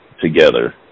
together